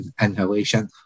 inhalation